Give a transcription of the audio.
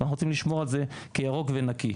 אנחנו רוצים לשמור עליהם ירוקים ונקיים.